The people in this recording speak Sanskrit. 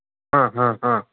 आम् आम् आम्